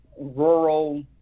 rural